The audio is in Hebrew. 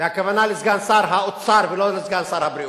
והכוונה לסגן שר האוצר, ולא לסגן שר הבריאות,